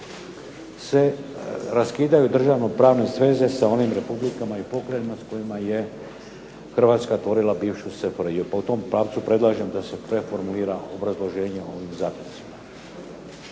se raskidaju državno-pravne sveze sa onim republikama i pokrajinama sa kojima je Hrvatska tvorila bivšu SFRJ, pa u tom pravcu predlažem da se preformulira obrazloženje ovih zaključaka.